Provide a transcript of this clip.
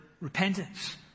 repentance